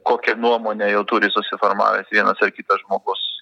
kokią nuomonę jau turi susiformavęs vienas ar kitas žmogus